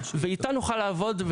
ואיתה נוכל לעבוד.